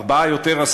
ארבעה יותר,